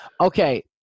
Okay